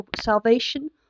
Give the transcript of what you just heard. salvation